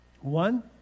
One